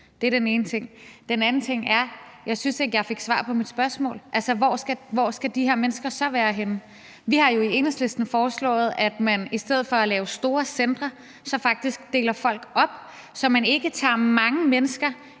Det er den ene ting. Den anden ting er, at jeg ikke synes, at jeg fik svar på mit spørgsmål. Hvor skal de mennesker så være henne? Vi har jo i Enhedslisten foreslået, at man i stedet for at lave store centre faktisk deler folk op, så man ikke placerer mange mennesker